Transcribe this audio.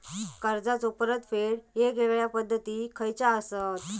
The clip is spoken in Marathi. कर्जाचो परतफेड येगयेगल्या पद्धती खयच्या असात?